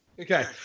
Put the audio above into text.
Okay